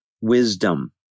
wisdom